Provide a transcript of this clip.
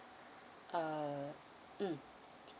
err mm